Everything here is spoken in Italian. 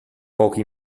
pochi